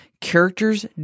Characters